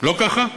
לא ככה?